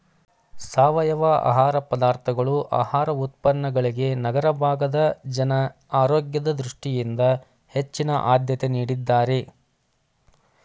ಸಾವಯವ ಆಹಾರ ಪದಾರ್ಥಗಳು ಆಹಾರ ಉತ್ಪನ್ನಗಳಿಗೆ ನಗರ ಭಾಗದ ಜನ ಆರೋಗ್ಯದ ದೃಷ್ಟಿಯಿಂದ ಹೆಚ್ಚಿನ ಆದ್ಯತೆ ನೀಡಿದ್ದಾರೆ